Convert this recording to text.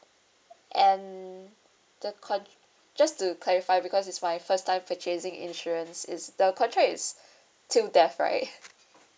and the con~ just to clarify because it's my first time purchasing insurance is the contract is till death right